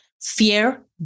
fear